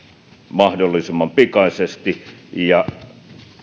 mahdollisimman pikaisesti ja